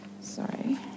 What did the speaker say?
sorry